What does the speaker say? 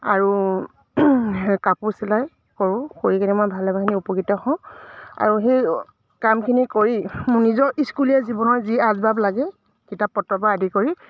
আৰু কাপোৰ চিলাই কৰোঁ কৰি কিনে মই ভালেমানখিনি উপকৃত হওঁ আৰু সেই কামখিনি কৰি মোৰ নিজৰ স্কুলীয়া জীৱনৰ যি আচবাব লাগে কিতাপ পত্ৰৰ পৰা আদি কৰি